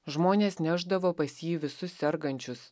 žmonės nešdavo pas jį visus sergančius